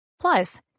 Plus